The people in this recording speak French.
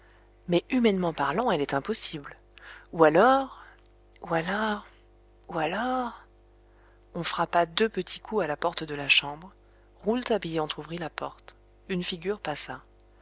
mais humainement parlant elle est impossible ou alors ou alors ou alors on frappa deux petits coups à la porte de la chambre rouletabille entr'ouvrit la porte une figure passa